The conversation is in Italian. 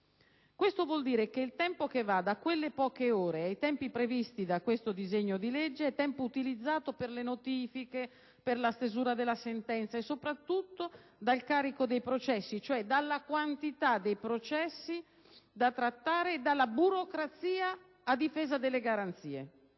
Questo vuole dire che il tempo che va da quelle poche ore ai tempi previsti da questo disegno di legge è utilizzato per le notifiche, per la stesura della sentenza e soprattutto dal carico dei processi, cioè dalla quantità dei processi da trattare e dalla burocrazia a difesa delle garanzie.